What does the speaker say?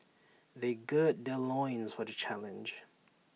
they gird their loins for the challenge